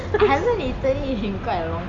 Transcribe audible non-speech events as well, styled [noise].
[laughs]